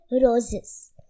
roses